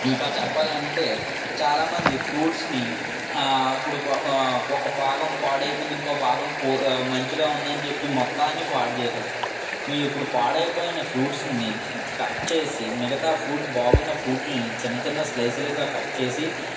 ఇంకా చెప్పాలంటే చాలామంది ఫ్రూట్స్ని ఇప్పుడు ఒక భాగం పాడైపోయింది ఒకభాగం పో మంచిగా ఉందని చెప్పి మొత్తాన్ని పాడు చేసేస్తారు మీ ఇప్పుడు పాడైపోయిన ఫ్రూట్స్ని కట్ చేసి మిగతా ఫ్రూట్ బాగున్న ఫ్రూట్స్ని చిన్న చిన్న స్లైస్లుగా కట్ చేసి